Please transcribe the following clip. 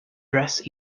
dress